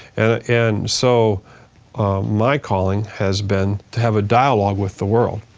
and so my calling has been to have a dialogue with the world.